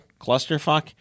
clusterfuck